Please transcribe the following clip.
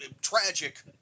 tragic